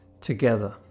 together